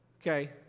Okay